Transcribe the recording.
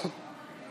מי בעד?